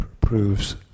proves